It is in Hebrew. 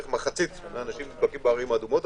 מחצית מהאנשים נדבקים בערים האדומות,